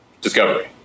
Discovery